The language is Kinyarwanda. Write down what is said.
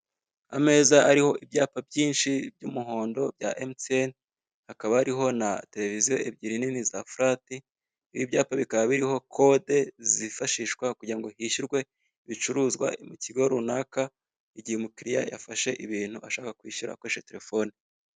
Ameza ariho ibyapa byinshi by'umuhondo bya emutiyeni hakaba hariho na televiziyo ebyiri nini za furati, ibi byapa bikaba biriho kode zifashishwa kugira ngo hishyurwe ibicuruza mu kigo runaka igihe umukiriya yafashe ibintu ashaka kwishyura akoresheje telefone.